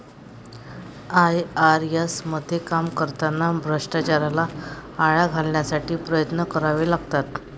IRS मध्ये काम करताना भ्रष्टाचाराला आळा घालण्यासाठी प्रयत्न करावे लागतात